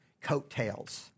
coattails